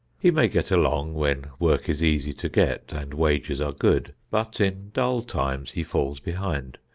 he may get along when work is easy to get and wages are good, but in dull times he falls behind,